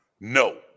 No